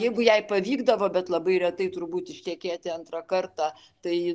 jeigu jai pavykdavo bet labai retai turbūt ištekėti antrą kartą tai